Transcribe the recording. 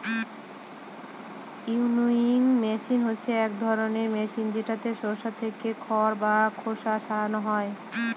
winnowing machine হচ্ছে এক ধরনের মেশিন যেটাতে শস্য থেকে খড় বা খোসা ছারানো হয়